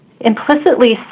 implicitly